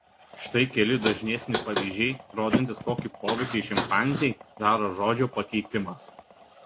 štai keli dažnesni pavyzdžiai rodantys kokį poveikį šimpanzei daro žodžio pakeitimas